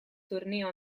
torneo